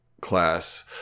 class